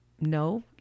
No